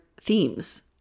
themes